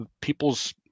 people's